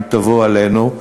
אם תבוא עלינו,